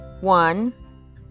One